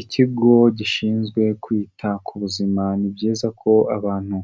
Ikigo gishinzwe kwita ku buzima ni byiza ko abantu